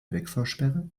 wegfahrsperre